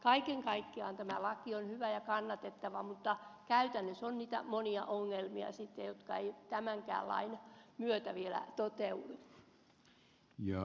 kaiken kaikkiaan tämä laki on hyvä ja kannatettava mutta käytännössä on sitten niitä monia ongelmia jotka eivät tämänkään lain myötä vielä ratkea